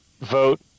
vote